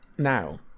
Now